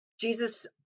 Jesus